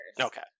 Okay